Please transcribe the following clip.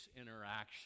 interaction